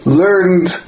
learned